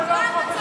שקרן וצבוע.